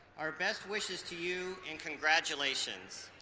our best wishes to you, and congratulations!